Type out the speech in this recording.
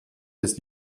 des